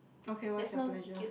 okay what is your pleasure